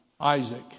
Isaac